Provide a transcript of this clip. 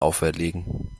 auferlegen